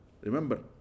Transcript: remember